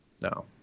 no